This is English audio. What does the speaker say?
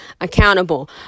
accountable